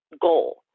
goal